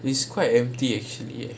it's quite empty actually eh